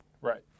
Right